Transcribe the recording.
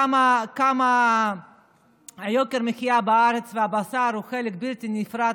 כמה יוקר המחיה בארץ בבשר הוא חלק בלתי נפרד